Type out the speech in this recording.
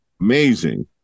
Amazing